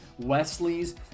Wesleys